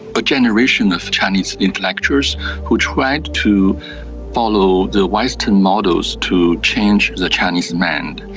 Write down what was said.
a generation of chinese intellectuals who tried to follow the western models to change the chinese man.